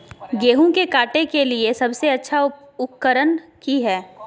गेहूं के काटे के लिए सबसे अच्छा उकरन की है?